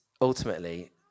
ultimately